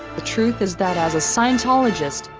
the truth is that as a scientologist,